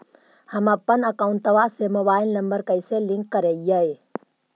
हमपन अकौउतवा से मोबाईल नंबर कैसे लिंक करैइय?